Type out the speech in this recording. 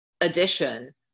addition